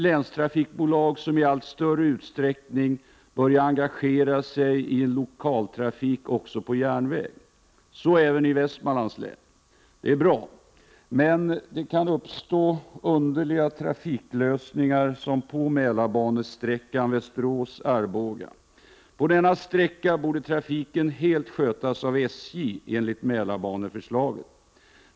Länstrafikbolagen börjar i allt större utsträckning engagera sig i en lokaltrafik på järnväg, så även i Västmanlands län. Det är bra, men det kan uppstå underliga trafiklösningar, som på Mälarbanesträckan Västerås— Arboga. På denna sträcka borde trafiken helt skötas av SJ, enligt Mälarbaneförslaget.